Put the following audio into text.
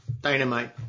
dynamite